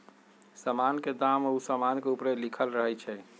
समान के दाम उ समान के ऊपरे लिखल रहइ छै